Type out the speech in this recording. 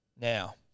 now